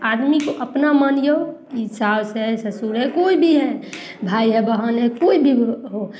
आदमी को अपना मानियौ ई सास हइ ई ससुर हइ कोइ भी हइ भाय हइ बहिन हइ कोइ भी हो